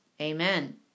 Amen